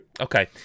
okay